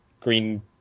green